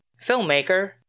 filmmaker